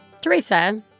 Teresa